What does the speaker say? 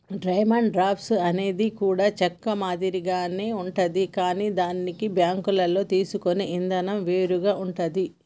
demand draft అనేది కూడా cheque మాదిరిగానే ఉంటాది కానీ దీన్ని బ్యేంకుల్లో తీసుకునే ఇదానం వేరుగా ఉంటాది